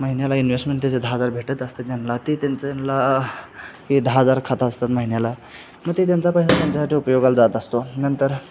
महिन्याला इन्वेसमेंट त्याचे दहा हजार भेटत असतात त्यांना ते त्यांच्या यांना की दहा हजार खात असतात महिन्याला मग ते त्यांचा पैसा त्यांच्यासाठी उपयोगाला जात असतो नंतर